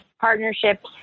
partnerships